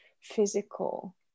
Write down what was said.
physical